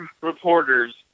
reporters